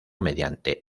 mediante